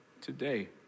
today